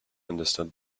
understood